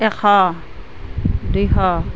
এশ দুইশ